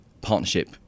partnership